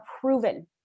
proven